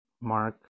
Mark